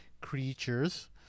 creatures